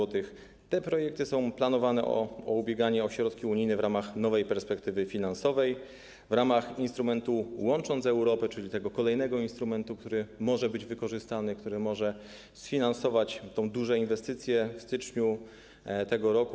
Dla tych projektów planowane jest ubieganie się o środki unijne w ramach nowej perspektywy finansowej w ramach instrumentu ˝Łącząc Europę˝, czyli tego kolejnego instrumentu, który może być wykorzystany, który może sfinansować tę dużą inwestycję w styczniu tego roku.